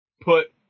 put